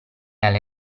alle